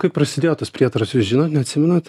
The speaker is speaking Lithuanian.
kaip prasidėjo tas prietaras jūs žinot neatsimenat